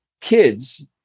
kids